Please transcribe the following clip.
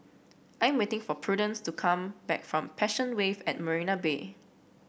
I'm waiting for Prudence to come back from Passion Wave at Marina Bay